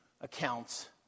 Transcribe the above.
accounts